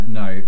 no